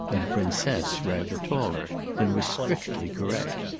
and the princess rather taller, than was strictly correct,